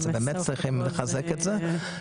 באמת צריכים לחזק את זה,